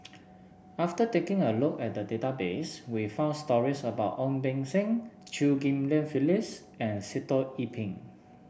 after taking a look at the database we found stories about Ong Beng Seng Chew Ghim Lian Phyllis and Sitoh Yih Pin